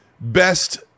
best